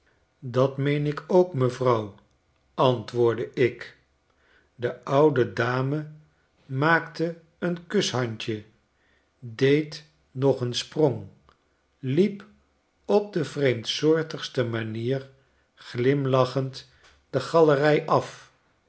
dat meen ik ook mevrouw antwodrdde ik de oude dame maakte een kushandje deed nog een sprong iep op de vreemdsoortigste manier glimlachend de galeru af